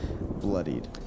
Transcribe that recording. bloodied